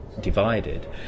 divided